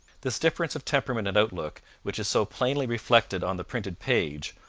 this difference of temperament and outlook, which is so plainly reflected on the printed page,